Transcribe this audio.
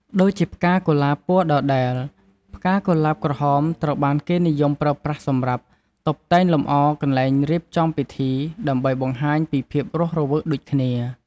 ដូចជាផ្កាកុលាបពណ៌ដដែរ ផ្កាកុលាបក្រហមត្រូវបានគេនិយមប្រើប្រាស់សម្រាប់ តុបតែងលម្អកន្លែងរៀបចំពិធី ដើម្បីបង្ហាញពីភាពរស់រវើកដូចគ្នា។